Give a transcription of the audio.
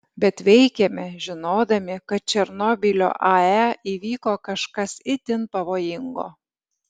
bet veikėme žinodami kad černobylio ae įvyko kažkas itin pavojingo